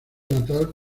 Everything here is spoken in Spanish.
natal